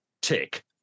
tick